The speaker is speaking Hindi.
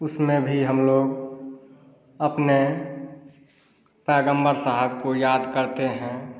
उसमें भी हम लोग अपने पैगम्बर साहब को याद करते हैं